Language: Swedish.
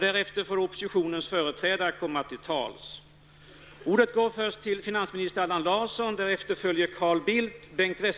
Därefter får oppositionens företrädare komma till tals.